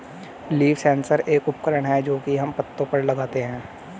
leaf sensor एक उपकरण है जो की हम पत्तो पर लगाते है